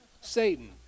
Satan